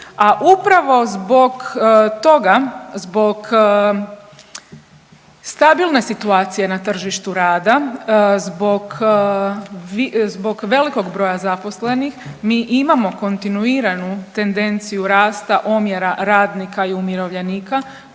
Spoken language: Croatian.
a upravo zbog toga, zbog stabilne situacije na tržištu rada, zbog velikog broja zaposlenih mi imamo kontinuiranu tendenciju rasta omjera radnika i umirovljenika